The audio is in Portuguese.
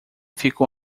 ficou